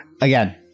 again